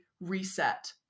reset